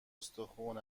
استخون